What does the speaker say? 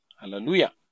Hallelujah